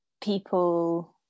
people